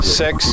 six